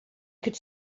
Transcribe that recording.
could